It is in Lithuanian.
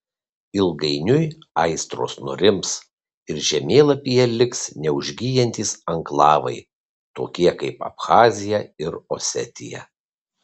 ilgainiui aistros nurims ir žemėlapyje liks neužgyjantys anklavai tokie kaip abchazija ir osetija